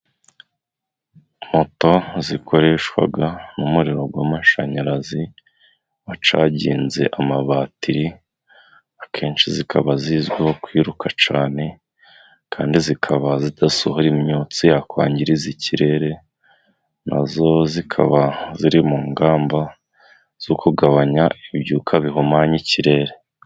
Moto zikoreshwa nkumuriro w'amashanyarazi wacagize amabatiri akenshi zikaba zizwiho kwiruka cyane kandi zikaba zidasohora imyotsi yakwangiriza ikirere na zo zikaba ziri mu ngamba zo kugabanya ibyuka bihumanya ikirere.